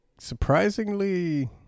surprisingly